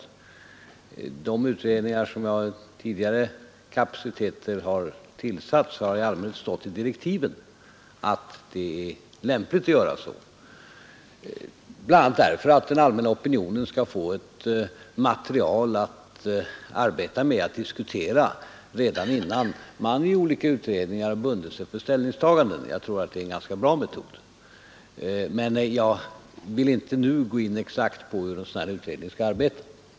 När det gäller de utredningar som jag tidigare tillsatt i olika kapaciteter har det i allmänhet i direktiven angivits att det är lämpligt att göra så, bl.a. därför att den allmänna opinionen skall få ett material att diskutera redan innan utredningar på respektive område bundit sig för ställningstaganden. Jag tror att det är en ganska bra metod, men jag vill inte i detalj gå in på hur en sådan utredning som nu är aktuell skall arbeta.